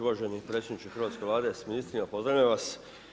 Uvaženi predsjedniče hrvatske Vlade s ministrima, pozdravljam vas.